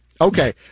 Okay